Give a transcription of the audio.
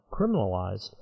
criminalized